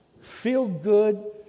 feel-good